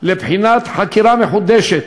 לבחינת חקירה מחודשת.